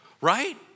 right